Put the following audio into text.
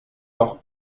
doch